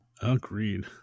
Agreed